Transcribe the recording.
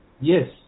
Yes